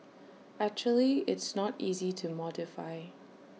actually it's not easy to modify